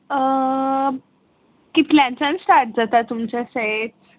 कितल्यानचान start जाता तुमचे set